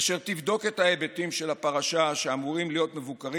אשר תבדוק את ההיבטים של הפרשה שאמורים להיות מבוקרים